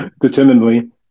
determinedly